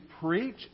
preach